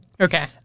Okay